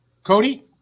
Cody